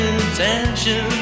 intention